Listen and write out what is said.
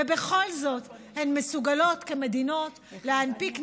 ובכל זאת הן מסוגלות, כמדינות, להנפיק נבחרות,